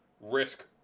risk